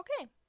Okay